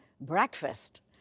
breakfast